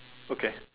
okay